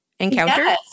Encounter